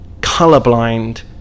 colorblind